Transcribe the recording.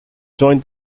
join